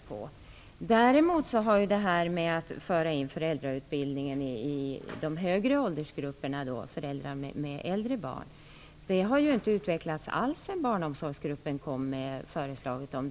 Däremot har man inte från regeringshåll utvecklat detta att föra in en föräldrautbildning i de högre åldersgrupperna, för föräldrar med äldre barn, som Barnomsorgsgruppen föreslog.